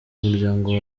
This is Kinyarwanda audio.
umuryango